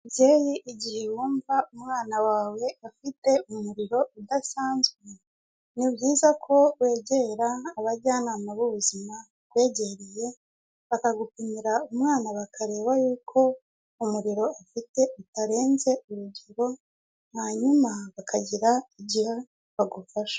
Umubyeyi igihe wumva umwana wawe afite umuriro udasanzwe, ni byiza ko wegera abajyanama b'ubuzima bakwegereye bakagukumira umwana bakareba yuko umuriro afite utarenze urugero hanyuma bakagira icyo bagufasha.